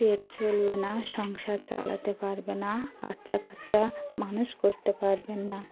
পেট চলবে না সংসার চালাতে পারবে না বাচ্চা কাচ্চা মানুষ করতে পারবেন না